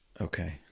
Okay